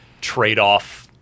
trade-off